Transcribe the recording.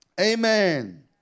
Amen